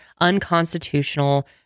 unconstitutional